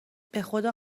بخدا